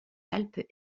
alpes